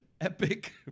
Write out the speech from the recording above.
epic